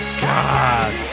God